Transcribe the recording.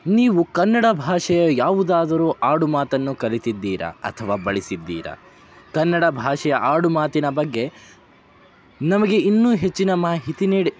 ನೀವು ಕನ್ನಡ ಭಾಷೆಯ ಯಾವುದಾದರೂ ಆಡುಮಾತನ್ನು ಕಲಿತಿದ್ದೀರಾ ಅಥವಾ ಬಳಿಸಿದ್ದೀರಾ ಕನ್ನಡ ಭಾಷೆಯ ಆಡುಮಾತಿನ ಬಗ್ಗೆ ನಮಗೆ ಇನ್ನೂ ಹೆಚ್ಚಿನ ಮಾಹಿತಿ ನೀಡಿ